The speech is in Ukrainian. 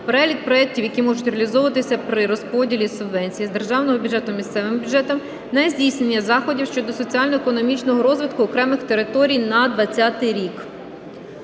перелік проектів, які можуть реалізовуватися при розподілі субвенції з державного бюджету місцевим бюджетам на здійснення заходів щодо соціально-економічного розвитку окремих територій на 20-й рік.